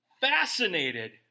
fascinated